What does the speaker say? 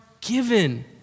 given